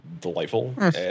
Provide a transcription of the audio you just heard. delightful